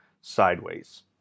sideways